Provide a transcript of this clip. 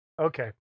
Okay